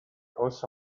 also